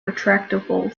retractable